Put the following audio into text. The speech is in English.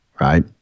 Right